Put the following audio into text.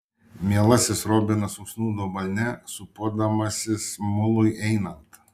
mielasis robinas užsnūdo balne sūpuodamasis mului einant